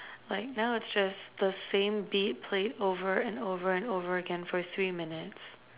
like now it's just the same beat played over and over and over again for three minutes